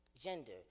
gender